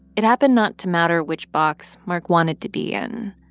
it happened not to matter which box mark wanted to be in,